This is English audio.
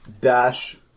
dash